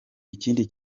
ikindi